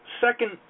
Second